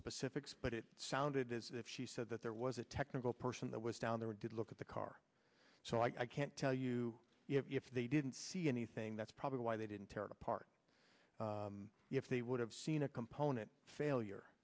specifics but it sounded as if she said that there was a technical person that was down there or did look at the car so i can't tell you if they didn't see anything that's probably why they didn't tear it apart if they were i've seen a component failure